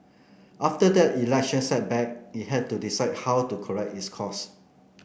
after that election setback it had to decide how to correct its course